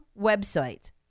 website